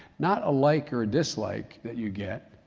not a like or a dislike that you get,